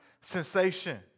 sensation